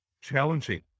challenging